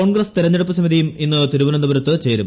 കോൺഗ്രസ് തിരഞ്ഞെടുപ്പു സമിതിയും ഇന്ന് തിരുവനന്തപുരത്ത് ചേരും